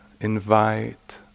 invite